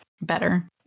better